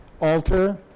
altar